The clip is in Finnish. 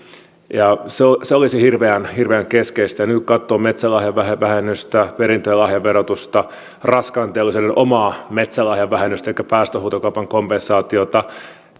ja se olisi hirveän keskeistä nyt kun katsoo metsälahjavähennystä perintö ja lahjaverotusta raskaan teollisuuden omaa metsälahjavähennystä elikkä päästöhuutokaupan kompensaatiota